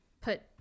put